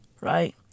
Right